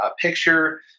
picture